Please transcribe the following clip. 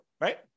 right